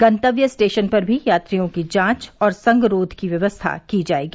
गंतव्य स्टेशन पर भी यात्रियों की जांच और संगरोध की व्यवस्था की जाएगी